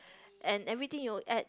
and everything you add